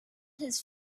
his